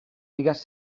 figues